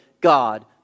God